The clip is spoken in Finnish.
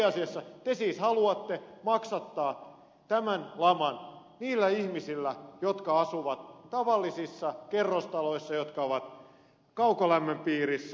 tosiasiassa te siis haluatte maksattaa tämän laman niillä ihmisillä jotka asuvat tavallisissa kerrostaloissa jotka ovat kaukolämmön piirissä